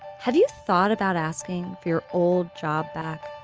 have you thought about asking for your old job back?